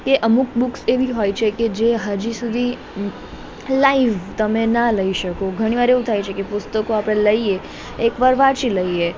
કે અમુક બુક્સ એવી હોય છે કે જે હજી સુધી લાઈવ તમે ન લઈ શકો ઘણી વાર એવું થાય છે કે પુસ્તકો આપણે લઈએ એકવાર વાંચી લઈએ